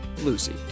Lucy